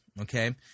okay